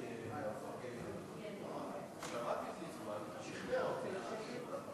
את מקום שרת המשפטים.